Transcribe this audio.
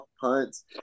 punts